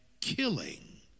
killing